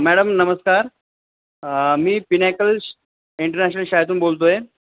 madam नमस्कार मी pinnacle international शाळेतून बोलतो आहे